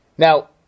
Now